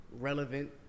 relevant